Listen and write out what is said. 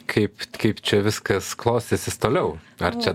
kaip kaip čia viskas klostysis toliau ar čia